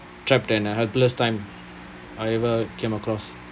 trapped and a helpless time I ever came across